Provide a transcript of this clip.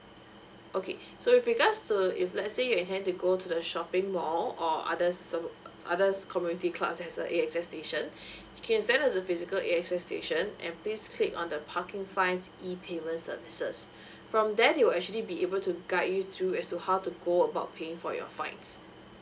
okay so with regards to if let's say you're intending to go to the shopping mall or others so~ others community class has a A_X_S station you can sign up at the physical A_X_S station and please click on the parking fines e payment services from there they will actually be able to guide you through as to how to go about paying for your fines